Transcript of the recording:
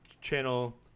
channel